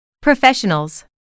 Professionals